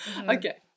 Okay